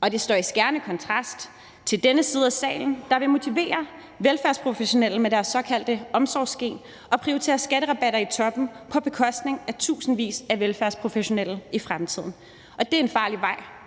Og det står i skærende kontrast til den side af salen, der vil motivere velfærdsprofessionelle med deres såkaldte omsorgsgen og prioritere skatterabatter i toppen på bekostning af tusindvis af velfærdsprofessionelle i fremtiden. Det er en farlig vej